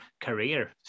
career